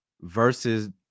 versus